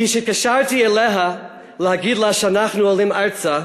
כשהתקשרתי אליה להגיד לה שאנחנו עולים ארצה,